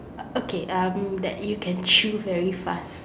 uh okay um that you can chew very fast